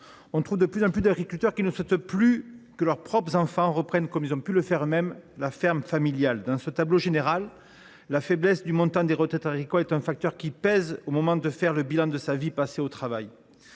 labeur, de plus en plus d’agriculteurs ne souhaitent plus que leurs propres enfants reprennent, comme ils ont pu le faire eux mêmes, la ferme familiale. Dans ce tableau général, la faiblesse du montant des retraites agricoles est un facteur qui pèse au moment de faire le bilan d’une vie passée au travail.